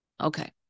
Okay